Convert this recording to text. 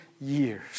years